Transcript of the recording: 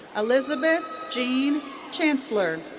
elizabeth jean chancellor.